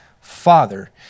Father